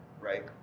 right